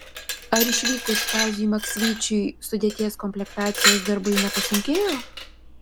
ar išvykus kaziui maksvyčiui sudėties komplektacijos darbai nepasunkėjo